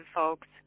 folks